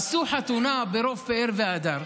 עשו חתונה ברוב פאר והדר.